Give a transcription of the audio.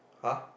!huh!